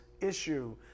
issue